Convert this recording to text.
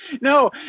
no